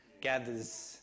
gathers